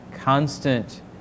constant